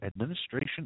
administration